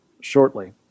shortly